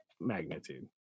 magnitude